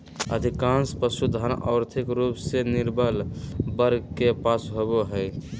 अधिकांश पशुधन, और्थिक रूप से निर्बल वर्ग के पास होबो हइ